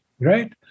Right